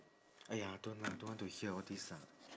!aiya! don't lah don't want to hear all these lah